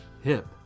hip